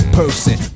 person